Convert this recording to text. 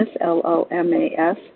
L-O-M-A-S